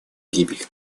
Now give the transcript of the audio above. гибель